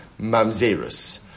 mamzerus